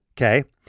Okay